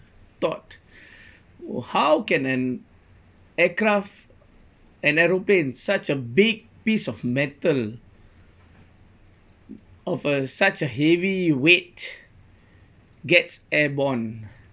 thought how can an aircraft an aeroplane such a big piece of metal of a such a heavy weight gets airborne